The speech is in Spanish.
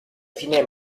cine